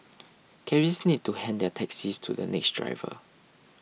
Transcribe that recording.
cabbies need to hand their taxis to the next driver